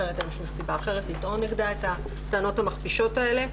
אחרת אין שום סיבה אחרת לטעון נגדה את הטענות המכפישות שלה.